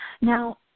Now